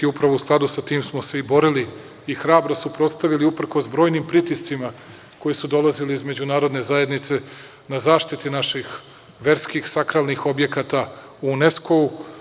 Upravo u skladu sa tim smo se i borili i hrabro suprotstavili, uprkos brojnim pritiscima koji su dolazili iz međunarodne zajednice, na zaštiti naših verskih sakralnih objekata u Unesku.